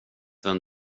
vem